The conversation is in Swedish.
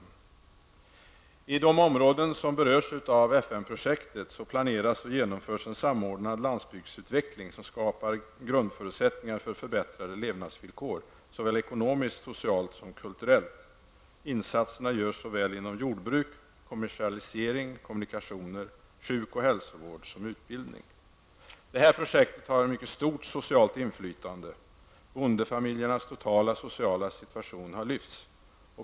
I de områden som berörs av FN-projektet planeras och genomförs en samordnad landsbygdsutveckling, som skapar grundförutsättningar för förbättrade levnadsvillkor såväl ekonomiskt och socialt som kulturellt. Insatserna görs inom såväl jordbruk, kommersialisering, kommunikationer, sjuk och hälsovård som utbildning. Detta projekt har ett mycket stort socialt inflytande. Bondefamiljernas totala sociala situation har lyfts.